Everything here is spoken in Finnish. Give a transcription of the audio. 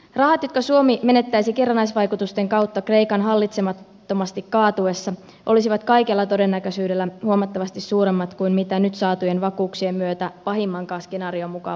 rahat jotka suomi menettäisi kerrannaisvaikutusten kautta kreikan hallitsemattomasti kaatuessa olisivat kaikella todennäköisyydellä huomattavasti suuremmat kuin mitä nyt saatujen vakuuksien myötä pahimmankaan skenaarion mukaan voidaan menettää